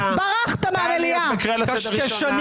גלעד, אתה בקריאה לסדר ראשונה.